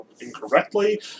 incorrectly